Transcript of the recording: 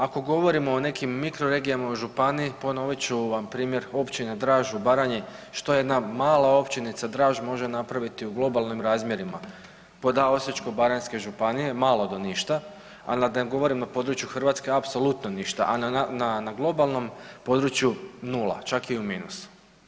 Ako govorimo o nekim mikroregijama u županiji ponovit ću vam primjer općine Draž u Baranji što jedna mala općinica Draž može napraviti u globalnim razmjerima pod a Osječko-baranjske županije malo do ništa, ali da ne govorim na području Republike Hrvatske apsolutno ništa, a na globalnom području nula, čak je i u minusu.